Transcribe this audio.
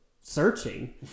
searching